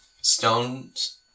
stones